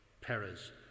Peres